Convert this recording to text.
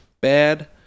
Bad